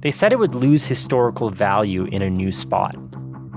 they said it would lose historical value in a new spot